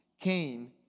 came